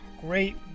Great